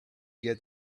get